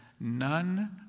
none